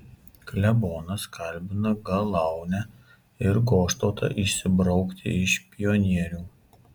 klebonas kalbina galaunę ir goštautą išsibraukti iš pionierių